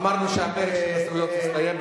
אמרנו שפרק הזהויות הסתיים.